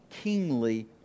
kingly